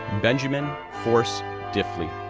benjamin forss diffley,